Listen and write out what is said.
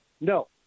No